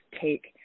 take